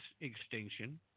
extinction